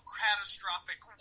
catastrophic